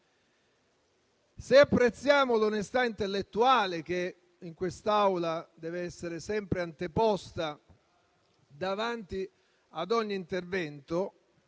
Se apprezziamo l'onestà intellettuale che in quest'Aula deve essere sempre anteposta ad ogni intervento,